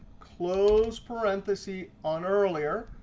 close parentheses on earlier,